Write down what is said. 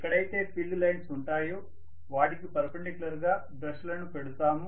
ఎక్కడైతే field lines ఉంటాయో వాటికి పర్పెండిక్యులర్ గా బ్రష్ లను పెడుతాము